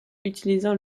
utilisant